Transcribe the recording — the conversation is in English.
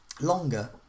longer